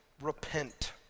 repent